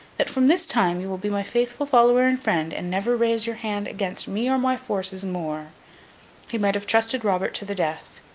that from this time you will be my faithful follower and friend, and never raise your hand against me or my forces more he might have trusted robert to the death.